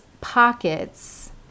pockets